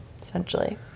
essentially